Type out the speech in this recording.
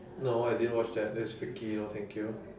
no I didn't watch that that's freaky no thank you